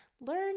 learn